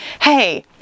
hey